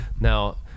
Now